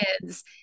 kids